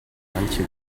manche